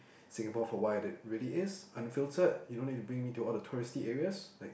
Singapore for what it really is unfiltered you don't need to bring me to all the touristy areas like